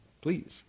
please